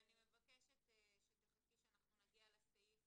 --- אני מבקשת שתחכי עד שנגיע לסעיף